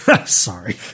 Sorry